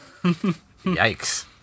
Yikes